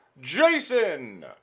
Jason